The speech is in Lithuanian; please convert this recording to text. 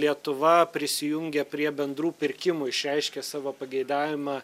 lietuva prisijungė prie bendrų pirkimų išreiškė savo pageidavimą